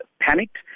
panicked